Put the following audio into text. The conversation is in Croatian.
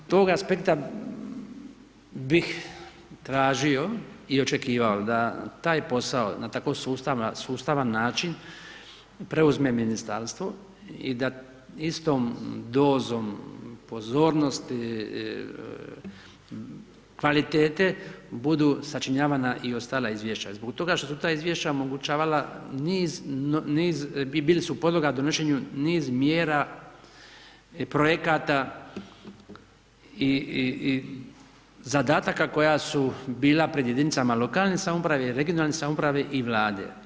S tog aspekta bih tražio i očekivao da taj posao na tako sustavno način preuzme ministarstvo i da istom dozom pozornosti, kvalitete, budu sačinjavanje i ostala izvješća, zbog toga što su ta izvješća omogućavala niz i bile su podloga donošenju niz mjera i projekata i zadataka koja su bila pred jedinicama lokalne samouprave regionalne samouprave i vlade.